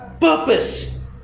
purpose